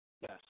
Yes